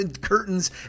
curtains